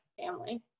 family